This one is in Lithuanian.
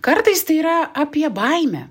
kartais tai yra apie baimę